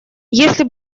если